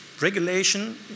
regulation